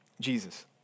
Jesus